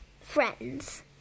friends